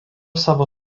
savo